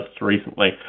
recently